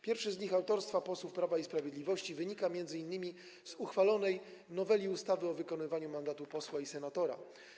Pierwszy z nich, autorstwa posłów Prawa i Sprawiedliwości, wynika m.in. z uchwalonej noweli ustawy o wykonywaniu mandatu posła i senatora.